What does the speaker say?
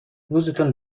روزتون